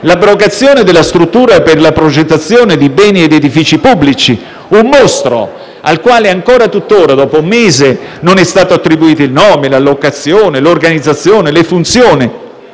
l'abrogazione della struttura per la progettazione di beni ed edifici pubblici, un mostro a cui ancora oggi, dopo un mese, non sono stati attribuiti il *nomen*, l'allocazione, l'organizzazione e le funzioni.